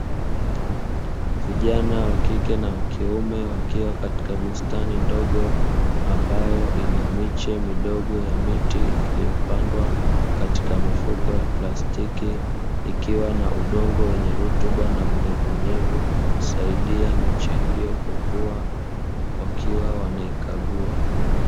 Vijana wa kike na kiume wakiwa katika bustani ndogo, ambayo ina miche midogo ya miti iliyopandwa katika mifuko ya plastiki ikiwa na udongo wenye rutuba na unyevunyevu unaosaidia miche hiyo kukuwa wakiwa wanaikagua.